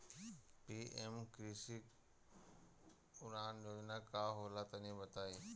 PM कृषि उड़ान योजना का होला तनि बताई?